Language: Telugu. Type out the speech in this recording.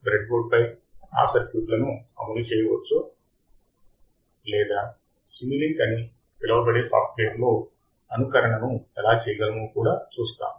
బ్రెడ్బోర్డ్ పై ఆ సర్క్యూట్లను అమలుచేయవచ్చో లేదా సిములింక్ అని పిలువబడే సాఫ్ట్వేర్లో అనుకరణను ఎలా చేయగలమో కూడా చూస్తాము